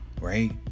right